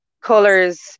colors